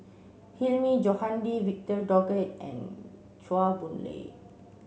Hilmi Johandi Victor Doggett and Chua Boon Lay